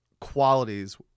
qualities